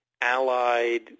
allied